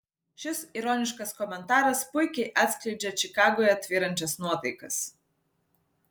šis ironiškas komentaras puikiai atskleidžia čikagoje tvyrančias nuotaikas